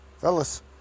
Fellas